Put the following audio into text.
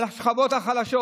על השכבות החלשות.